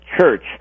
church